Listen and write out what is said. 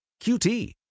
QT